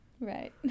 Right